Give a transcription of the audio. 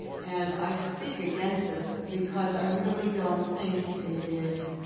and i speak against this, because i really don't think it is